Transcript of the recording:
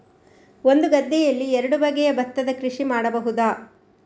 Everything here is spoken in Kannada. ಒಂದು ಗದ್ದೆಯಲ್ಲಿ ಎರಡು ಬಗೆಯ ಭತ್ತದ ಕೃಷಿ ಮಾಡಬಹುದಾ?